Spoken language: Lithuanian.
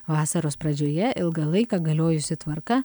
vasaros pradžioje ilgą laiką galiojusi tvarka